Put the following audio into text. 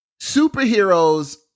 Superheroes